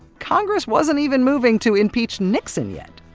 congress wasn't even moving to impeach nixon yet.